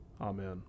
amen